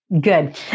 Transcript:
good